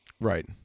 right